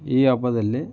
ಈ ಹಬ್ಬದಲ್ಲಿ